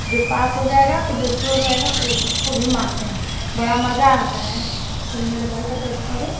जो पास हो जाएगा तो जो चोर रहेगा वह उसको भी मारते हैं बड़ा मज़ा आता है तब मेरा भाई कहता है अरे